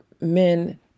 men